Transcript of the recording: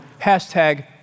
hashtag